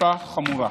תקיפה חמורה.